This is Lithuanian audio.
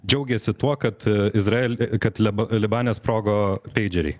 džiaugėsi tuo kad izrael kad leba libane sprogo peidžeriai